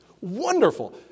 Wonderful